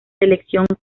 selecciones